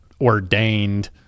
ordained